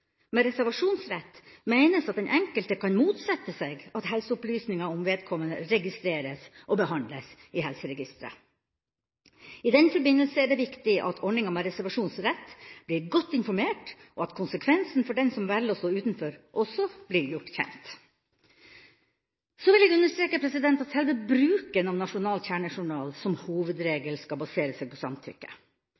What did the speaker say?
Med reservasjonsrett menes at den enkelte kan motsette seg at helseopplysninger om vedkommende registreres og behandles i helseregisteret. I den forbindelse er det viktig at ordninga med reservasjonsrett blir godt informert om, og at konsekvensen for den som velger å stå utenfor, også blir gjort kjent. Så vil jeg understreke at selve bruken av nasjonal kjernejournal som